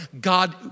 God